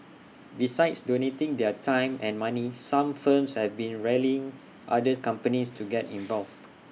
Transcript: besides donating their time and money some firms have been rallying other companies to get involved